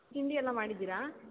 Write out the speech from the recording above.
ತಿಂಡಿ ಎಲ್ಲ ಮಾಡಿದ್ದೀರಾ